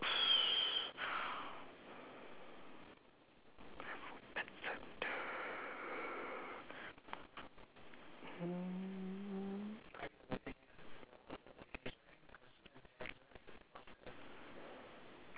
mm